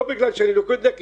לא בגלל שאני ליכודניק,